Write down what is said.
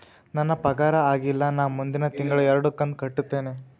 ನನ್ನ ಪಗಾರ ಆಗಿಲ್ಲ ನಾ ಮುಂದಿನ ತಿಂಗಳ ಎರಡು ಕಂತ್ ಕಟ್ಟತೇನಿ